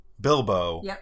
Bilbo